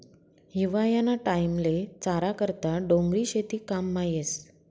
हिवायाना टाईमले चारा करता डोंगरी शेती काममा येस